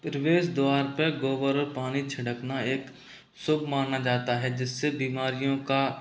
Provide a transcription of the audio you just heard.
प्रवेश द्वार पर गोबर और पानी छिड़कना एक शुभ माना जाता है जिससे बीमारियों का